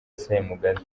semugaza